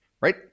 Right